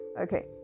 Okay